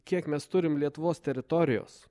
kiek mes turim lietuvos teritorijos